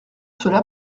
cela